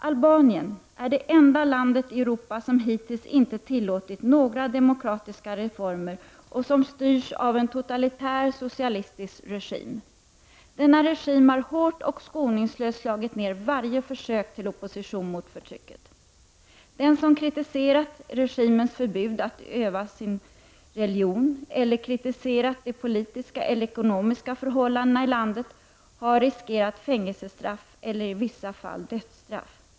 Albanien är det enda landet i Europa som hittills inte tillåter några demokratiska reformer och som styrs av en totalitär socialistisk regim. Denna regim har hårt och skoningslöst slagit ner varje försök till opposition mot förtrycket. Den som kritiserat regimens förbud mot utövning av religion eller kritiserat de politiska eller ekonomiska förhållandena i landet har riskerat fängelsestraff eller i vissa fall dödsstraff.